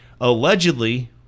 allegedly